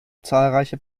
zahlreiche